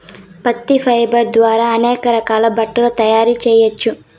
పత్తి ఫైబర్ ద్వారా అనేక రకాల బట్టలు తయారు చేయచ్చు